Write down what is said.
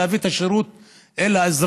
להביא את השירות אל האזרח,